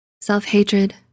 self-hatred